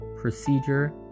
procedure